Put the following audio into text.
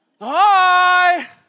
Hi